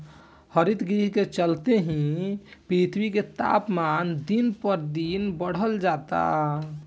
हरितगृह के चलते ही पृथ्वी के तापमान दिन पर दिन बढ़ल जाता